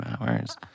hours